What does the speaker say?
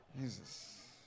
Jesus